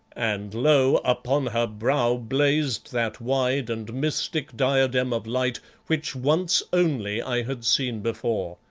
and lo! upon her brow blazed that wide and mystic diadem of light which once only i had seen before.